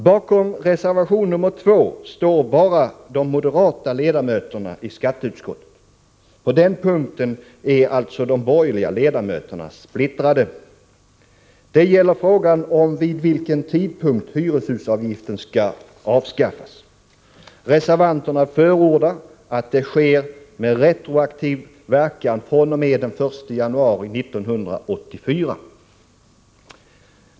Bakom reservation 2 står enbart de moderata ledamöterna i skatteutskottet. På den punkten är de borgerliga ledamöterna alltså splittrade. Det gäller frågan om vid vilken tidpunkt hyreshusavgiften skall avskaffas. Reservanterna förordar att det sker med retroaktiv verkan fr.o.m. den 1 januari 1984.